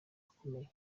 akomeye